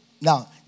now